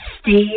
Steve